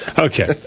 Okay